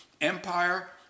empire